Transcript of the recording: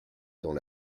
dans